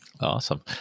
Awesome